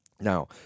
Now